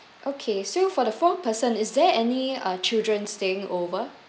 okay so for the four person is there any uh children staying over